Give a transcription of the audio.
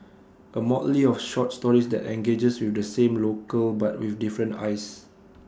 A motley of short stories that engages with the same locale but with different eyes